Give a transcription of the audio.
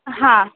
હા